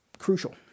crucial